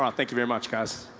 um thank you very much guys.